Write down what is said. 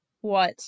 What